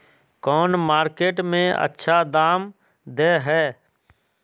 कौन मार्केट में अच्छा दाम दे है?